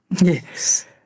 Yes